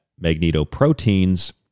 magnetoproteins